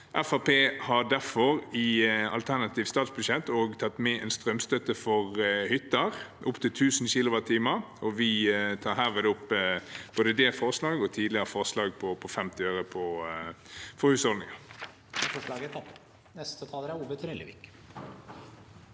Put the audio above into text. har derfor i sitt alternative statsbudsjett også tatt med en strømstøtte for hytter, opptil 1 000 kWh, og vi tar herved opp både det forslaget og forslaget om 50 øre for husholdninger.